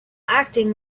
acting